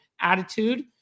attitude